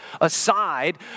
aside